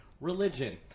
religion